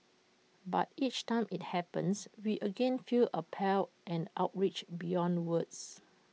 but each time IT happens we again feel appalled and outraged beyond words